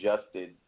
adjusted